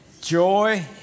Joy